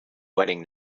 wedding